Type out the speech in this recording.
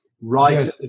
right